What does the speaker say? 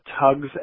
tugs